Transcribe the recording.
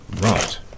right